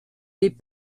les